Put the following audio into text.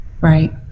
Right